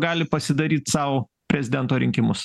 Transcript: gali pasidaryt sau prezidento rinkimus